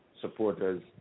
supporters